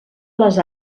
les